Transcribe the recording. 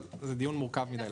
זה דיון מורכב מדי לעכשיו.